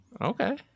Okay